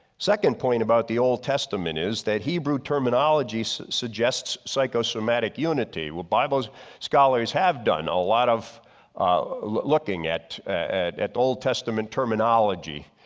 second point about the old testament is that hebrew terminologies suggests psychosomatic unity. well bible scholars have done a lot of looking at at at old testament terminology,